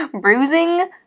bruising